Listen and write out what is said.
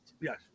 Yes